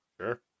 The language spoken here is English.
sure